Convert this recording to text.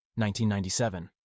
1997